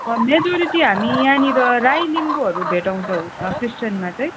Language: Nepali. मेजोरिटी हामी यहाँनिर राई लिम्बुहरू भेटाउँछौँ क्रिस्चियनमा चाहिँ